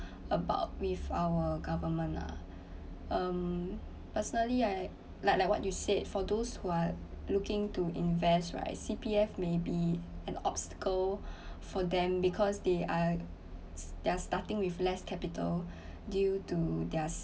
about with our government ah um personally I like like what you said for those who are looking to invest right C_P_F may be an obstacle for them because they are they're starting with less capital due to their